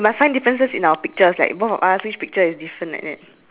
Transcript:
the goat that one I have two goats you also have two goats right